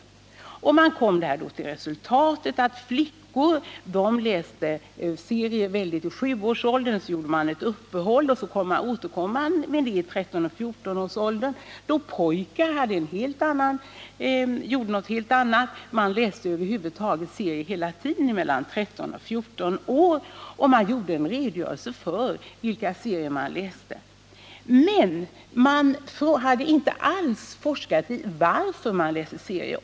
Utredningen kom till resultatet att flickor läste serier mycket i sjuårsåldern, varefter de gjorde ett uppehåll till 13—14-årsåldern. För pojkarna var bilden en annan. De läste serier hela tiden i åldern 13-14 år. Utredningen redogjorde för vilka serier som lästes. Men man hade inte alls forskat i varför barnen läste serier.